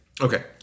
Okay